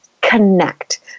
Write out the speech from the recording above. connect